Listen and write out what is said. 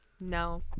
No